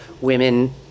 women